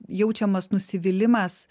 jaučiamas nusivylimas